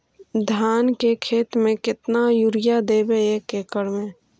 धान के खेत में युरिया केतना देबै एक एकड़ में?